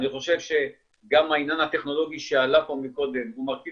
אני חושב שגם העניין הטכנולוגי שעלה פה מקודם הוא מרכיב